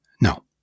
No